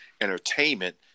Entertainment